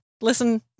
listen